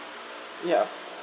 ya